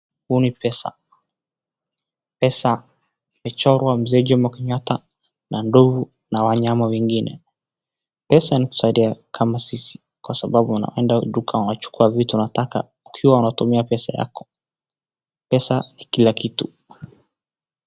Huu ni pesa, pesa imechorwa Mzee Jomo Kenyatta, na ndovu na wanyama wengine. Pesa inatusaidia kama sisi, kwa sababu unaenda duka unachukua vitu unataka, ukiwa unatumia pesa yako. Pesa ni kila kitu.